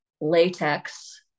latex